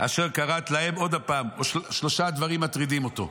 אשר כרת להם" עוד פעם, שלושה דברים מטרידים אותו: